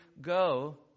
go